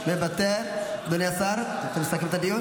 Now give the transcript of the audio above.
איזו אחריות?